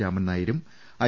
രാമൻനായരും I